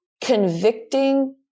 convicting